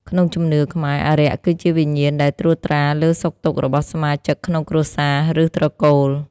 ក្នុងជំនឿខ្មែរ អារក្សគឺជាវិញ្ញាណដែលត្រួតត្រាលើសុខទុក្ខរបស់សមាជិកក្នុងគ្រួសារ ឬត្រកូល។